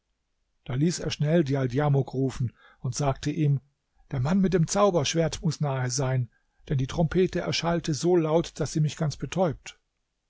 da ließ er schnell djaldjamuk rufen und sagte ihm der mann mit dem zauberschwert muß nahe sein denn die trompete erschallte so laut daß sie mich ganz betäubt